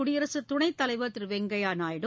குடியரசுத் துணைத் தலைவர் திரு வெங்கய்யா நாயுடு